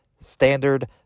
Standard